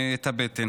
את הבטן.